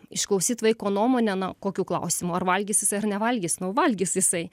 išklausyt vaiko nuomonę na kokiu klausimu ar valgys jis ar nevalgys nuo valgys jisai